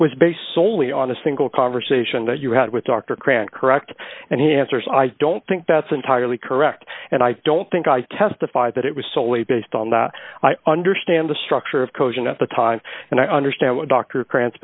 was based soley on a single conversation that you had with dr grant correct and he answers i don't think that's entirely correct and i don't think i testified that it was solely based on i understand the structure of coaching at the time and i understand what dr kra